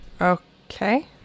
Okay